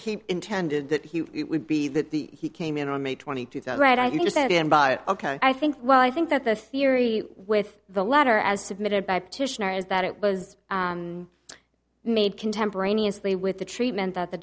he intended that he would be that the he came in on may twenty two thousand i think that in by ok i think well i think that the theory with the letter as submitted by petitioner is that it was made contemporaneously with the treatment th